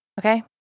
Okay